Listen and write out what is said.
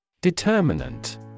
Determinant